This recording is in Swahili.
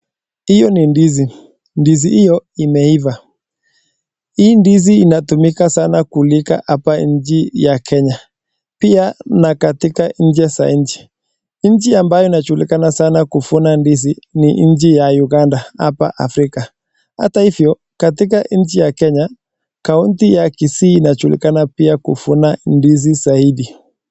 Hiyo ni ndizi, ndizi hiyo imeiva. Hii ndizi inatumika sana kuilika hapa nchi ya Kenya, pia na katika nchi za nje. Nchi ambayo inajulikana sana kuvuna ndizi ni nchi ya Uganda hapa Afrika. Hata hivyo, katika nchi ya Kenya, kaunti ya Kisii inajulikana pia kuvuna ndizi zaidi.